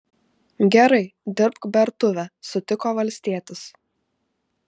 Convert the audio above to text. gerai dirbk bertuvę sutiko valstietis